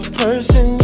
person